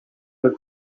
with